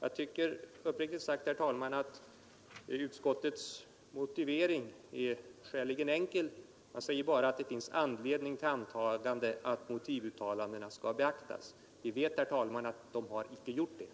Uppriktigt sagt tycker jag, herr talman, att utskottets motivering är skäligen enkel. Man säger bara att det finns anledning till antagande att motivuttalandet kommer att beaktas. Vi vet, herr talman, att så icke blivit fallet.